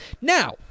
Now